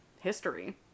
history